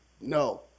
No